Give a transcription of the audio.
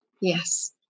Yes